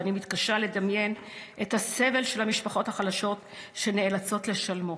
ואני מתקשה לדמיין את הסבל של המשפחות החלשות שנאלצות לשלמו.